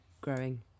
growing